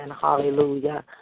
Hallelujah